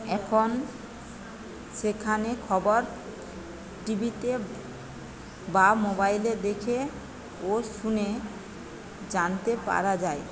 এখন সেখানে খবর টি ভিতে বা মোবাইলে দেখে ও শুনে জানতে পারা যায়